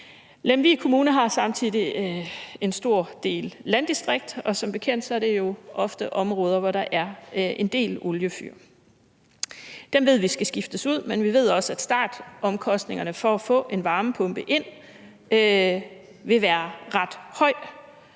Lemvig Kommune har samtidig et stort landdistrikt, og som bekendt er det jo ofte områder, hvor der er en del oliefyr. Vi ved, at de skal skiftes ud, men vi ved også, at startomkostningerne ved at få en varmepumpe ind vil være ret høje,